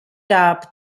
gab